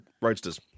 Roadsters